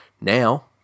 Now